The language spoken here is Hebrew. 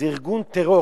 זה ארגון טרור.